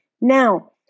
Now